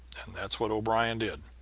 and that's what o'brien did.